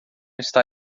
está